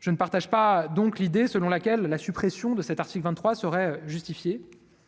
Je ne partage pas, donc l'idée selon laquelle la suppression de cet article 23 serait justifier